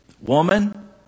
Woman